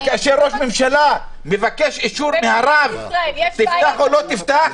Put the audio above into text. אבל כאשר ראש ממשלה מבקש אישור מהרב שיפתח או לא יפתח,